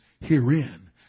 herein